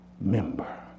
member